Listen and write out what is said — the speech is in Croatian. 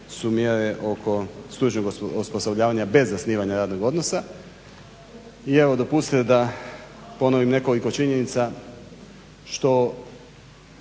su mjere oko stručnog osposobljavanja bez zasnivanja radnog odnosa. I evo dopustite da ponovim nekoliko činjenica što